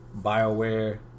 BioWare